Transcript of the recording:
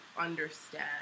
understand